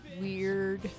weird